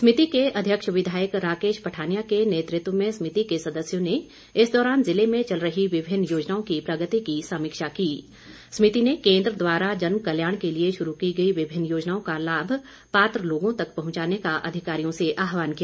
समिति के अध्यक्ष विधायक राकेश पठानिया के नेतृत्व में सभिति के सदस्यों ने इस दौरान जिले में चल रही विभिन्न योजनाओं की प्रगति की समीक्षा कीं समिति ने केंद्र द्वारा जनकल्याण के लिए शुरू की गई विभिन्न योजनाओं का लाभ पात्र लोगों तक पहुंचाने का अधिकारियों से आह्वान किया